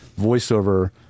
voiceover